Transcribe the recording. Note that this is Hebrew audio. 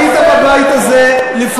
היית בבית הזה, הפוסל במומו.